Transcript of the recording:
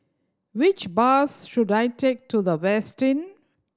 which bus should I take to The Westin